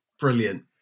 Brilliant